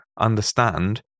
understand